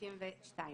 שמירת דינים